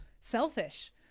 selfish